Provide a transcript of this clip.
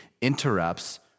interrupts